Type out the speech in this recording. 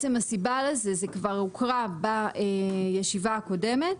זה כבר הוקרא בישיבה הקודמת,